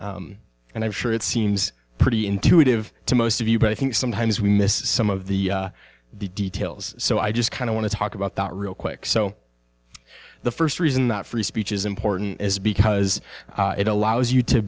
campus and i'm sure it seems pretty intuitive to most of you but i think sometimes we miss some of the details so i just kind of want to talk about that real quick so the first reason that free speech is important is because it allows you to